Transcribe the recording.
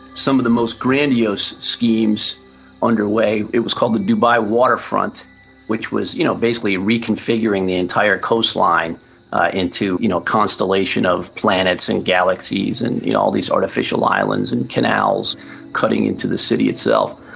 some of the most grandiose schemes underway, it was called the dubai waterfront which was you know basically reconfiguring the entire coastline into you know a constellation of planets and galaxies and yeah all these artificial islands and canals cutting into the city itself.